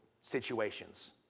situations